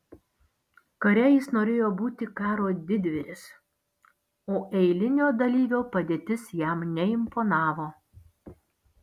kare jis norėjo būti karo didvyris o eilinio dalyvio padėtis jam neimponavo